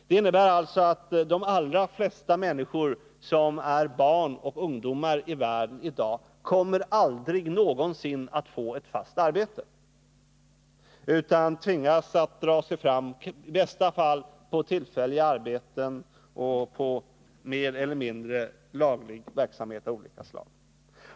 Det innebär att de allra flesta människor som är barn och ungdomar i världen i dag aldrig någonsin kommer att få ett fast arbete utan tvingas dra sig fram i bästa fall på tillfälliga arbeten och på mer eller mindre laglig verksamhet av olika slag.